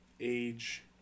age